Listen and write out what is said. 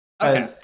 Okay